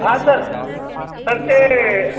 हां sir sir ते